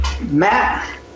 Matt